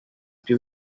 più